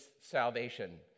salvation